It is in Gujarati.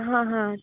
હા હા